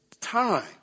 time